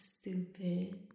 stupid